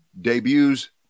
debuts